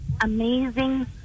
amazing